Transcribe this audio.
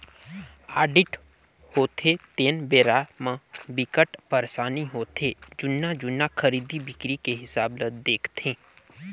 audit होथे तेन बेरा म बिकट परसानी होथे जुन्ना जुन्ना खरीदी बिक्री के हिसाब ल देखथे